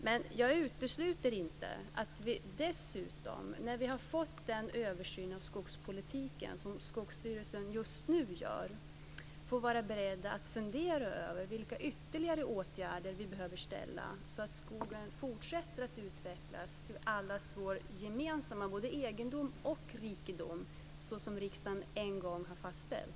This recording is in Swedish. Men jag utesluter inte att vi dessutom, när vi har fått den översyn av skogspolitiken som Skogsstyrelsen just nu gör, får vara beredda att fundera över vilka ytterligare åtgärder vi behöver vidta så att skogen fortsätter att utvecklas till allas vår gemensamma både egendom och rikedom, såsom riksdagen en gång har fastställt.